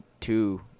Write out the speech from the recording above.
two –